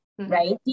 Right